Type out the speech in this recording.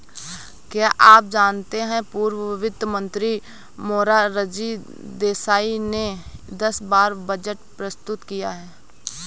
क्या आप जानते है पूर्व वित्त मंत्री मोरारजी देसाई ने दस बार बजट प्रस्तुत किया है?